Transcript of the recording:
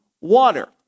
water